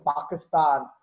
Pakistan